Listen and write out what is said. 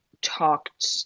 talked